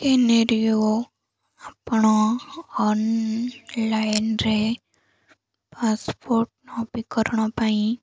କେନେରିଓ ଆପଣ ଅନଲାଇନ୍ରେ ପାସ୍ପୋର୍ଟ ନବୀକରଣ ପାଇଁ